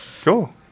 Cool